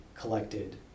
Collected